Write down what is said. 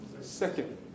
second